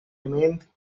remained